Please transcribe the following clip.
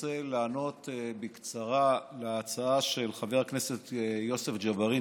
אני רוצה לענות בקצרה על ההצעה של חבר הכנסת יוסף ג'בארין,